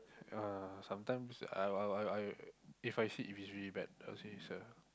uh sometimes I I I I If I see if it's really bad I'll say it's a